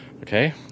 okay